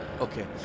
Okay